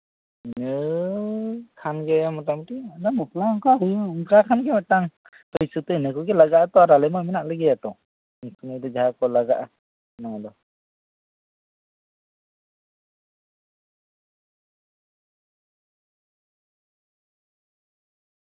ᱱᱤᱭᱟᱹ ᱠᱷᱟᱱ ᱜᱮ ᱢᱩᱴᱟᱢᱩᱴᱤ ᱵᱟᱯᱞᱟ ᱚᱱᱠᱟ ᱦᱩᱭᱩᱜᱼᱟ ᱚᱱᱠᱟ ᱠᱷᱟᱱ ᱜᱮ ᱢᱤᱫᱴᱟᱝ ᱯᱟᱹᱭᱥᱟᱹ ᱫᱚ ᱤᱱᱟᱹ ᱠᱚᱜᱮ ᱞᱟᱜᱟᱼᱟ ᱟᱛᱚ ᱟᱨ ᱟᱞᱮ ᱢᱟ ᱢᱮᱱᱟᱜ ᱞᱮᱜᱮᱭᱟᱛᱚ ᱡᱩᱫᱤ ᱡᱟᱦᱟᱸᱭ ᱠᱚ ᱞᱟᱜᱟᱜᱼᱟ ᱱᱚᱣᱟ ᱫᱚ